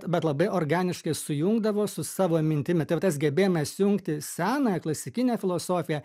bet labai organiškai sujungdavo su savo mintimi tai va tas gebėjimas jungti senąją klasikinę filosofiją